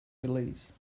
release